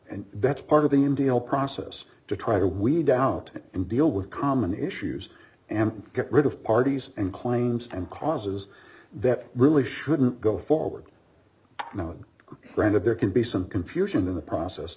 and that's part of the india process to try to weed out and deal with common issues and get rid of parties and claims and causes that really shouldn't go forward now and granted there can be some confusion in the process